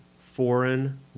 foreign